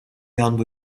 għandu